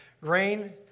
grain